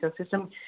ecosystem